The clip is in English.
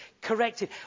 corrected